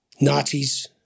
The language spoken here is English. Nazis